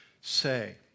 say